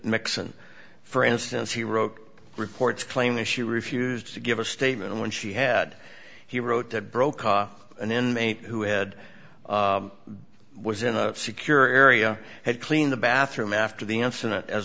nixon for instance he wrote reports claim the she refused to give a statement and when she had he wrote that brokaw an inmate who had was in a secure area had clean the bathroom after the infinite as